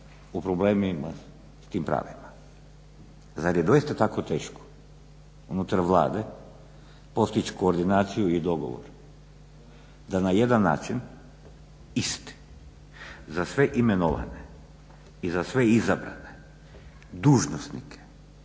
u problemima s tim pravima. Zar je doista tako teško unutar Vlade postići koordinaciju i dogovor da na jedan način, isti za sve imenovane i za sve izabrane dužnosnike